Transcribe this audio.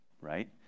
right